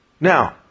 Now